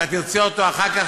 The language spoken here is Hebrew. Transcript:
אתה תרצה אותו אחר כך,